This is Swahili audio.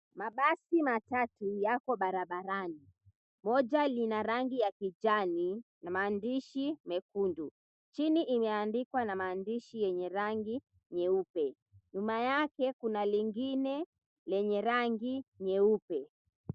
Mabasi matatu yapo barabarani. Moja lina rangi ya kijani na maandishi mekundu, chini imeandikwa na maandishi yenye rangi nyeupe. Nyuma yake kuna lingine lenye rangi nyeupe.